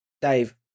Dave